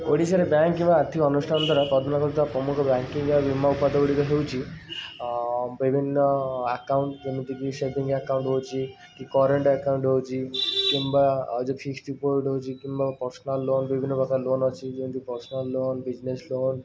ଓଡ଼ିଶାରେ ବ୍ୟାଙ୍କ୍ କିମ୍ବା ଆର୍ଥିକ ଅନୁଷ୍ଠାନ ଦ୍ୱାରା କରୁଥୁବା ପ୍ରମୁଖ ବ୍ୟାଙ୍କିଙ୍ଗ ବା ବୀମା ଉତ୍ପାଦ ଗୁଡ଼ିକ ହେଉଛି ବିଭିନ୍ନ ଆକାଉଣ୍ଟ୍ ଯେମିତିକି ସେଭିଙ୍ଗ୍ ଆକାଉଣ୍ଟ୍ ହେଉଛି କି କରେଣ୍ଟ୍ ଏକାଉଣ୍ଟ୍ ହେଉଛି କିମ୍ବା ଆଉ ଯେଉଁ ଫିକ୍ସ୍ ଡିପୋଜିଟ୍ ହେଉଛି କିମ୍ବା ପର୍ଶନାଲ୍ ଲୋନ୍ ବିଭିନ୍ନ ପ୍ରକାର ଲୋନ୍ ଅଛି ଯେମିତି ପର୍ଶନାଲ୍ ଲୋନ୍ ବିଜନେସ୍ ଲୋନ୍